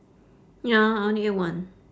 ya I only ate one